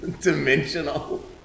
Dimensional